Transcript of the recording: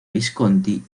visconti